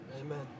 Amen